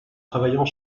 travaillant